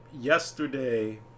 yesterday